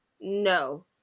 No